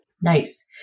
Nice